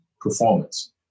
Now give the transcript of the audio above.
performance